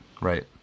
right